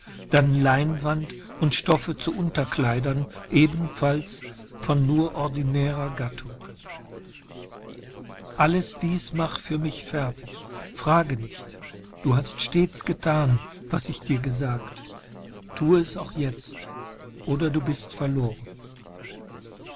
dann leinwand und stoffe zu unterkleidern ebenfalls von nur ordinärer gattung alles dies mach für mich fertig frage nicht du hast stets getan was ich dir gesagt tue es auch jetzt oder du bist verloren